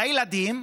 לילדים.